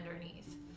underneath